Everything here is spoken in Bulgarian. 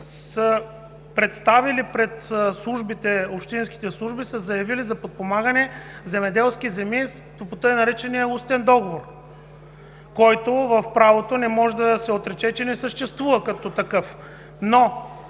на това, че пред общинските служби са заявили за подпомагане земеделски земи по така наречения „устен договор“, който не може да се отрече, че не съществува като такъв